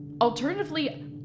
Alternatively